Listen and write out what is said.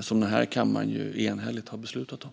som den här kammaren enhälligt har beslutat om.